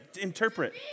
interpret